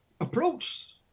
approached